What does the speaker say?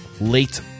late